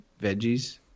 veggies